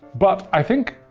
but, i think,